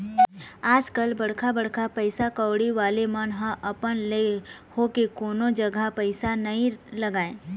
आजकल बड़का बड़का पइसा कउड़ी वाले मन ह अपन ले होके कोनो जघा पइसा नइ लगाय